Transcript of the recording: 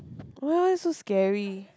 !wah! so scary